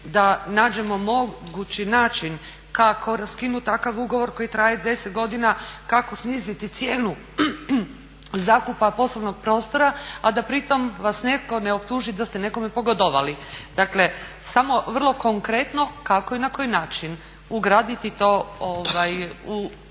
da nađemo mogući način kako raskinuti takav ugovor koji traje 10 godina, kako sniziti cijenu zakupa poslovnog prostora a da pritom vas netko ne optuži da ste nekome pogodovali. Dakle, samo vrlo konkretno kako i na koji način ugraditi to u